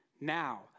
Now